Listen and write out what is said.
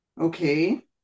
Okay